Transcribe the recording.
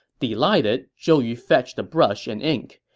delighted, zhou yu fetched a brush and ink.